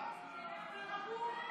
מה עם כלא גלבוע?